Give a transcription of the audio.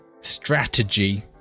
strategy